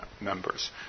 members